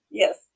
yes